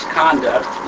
conduct